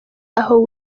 aho